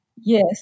Yes